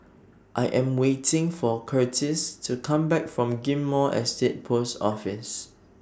I Am waiting For Curtiss to Come Back from Ghim Moh Estate Post Office